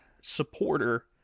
supporter